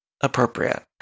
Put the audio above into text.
appropriate